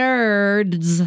Nerds